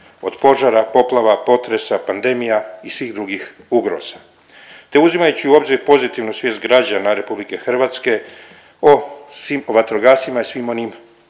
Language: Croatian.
od požara, poplava, potresa, pandemija i svih drugih ugroza te uzimajući u obzir pozitivnu svijest građana RH o svim vatrogascima i svim onim,